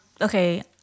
Okay